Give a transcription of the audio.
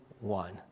one